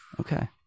Okay